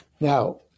Now